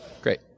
Great